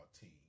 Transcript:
team